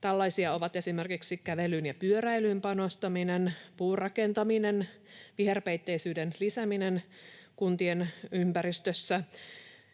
Tällaisia ovat esimerkiksi kävelyyn ja pyöräilyyn panostaminen, puurakentaminen, viherpeitteisyyden lisääminen kuntien ympäristössä,